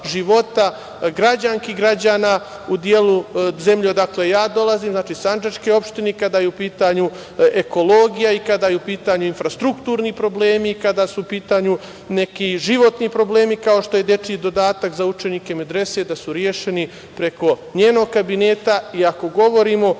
života građanki i građana u delu zemlje odakle ja dolazim, znači sandžačke opštine, kada je u pitanju ekologija i kada su u pitanju infrastrukturni problemi i kada su u pitanju neki životni problemi kao što je dečiji dodatak za učenike medrese, da su rešeni preko njenog Kabineta. Ako govorimo